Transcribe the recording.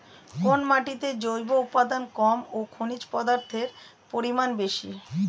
কোন মাটিতে জৈব উপাদান কম ও খনিজ পদার্থের পরিমাণ বেশি?